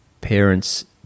parents